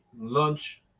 lunch